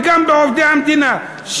וגם לעובדי המדינה,